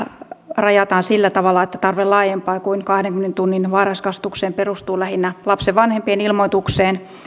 rajataan sillä tavalla että tarve laajempaan kuin kahdenkymmenen tunnin varhaiskasvatukseen perustuu lähinnä lapsen vanhempien ilmoitukseen